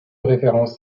références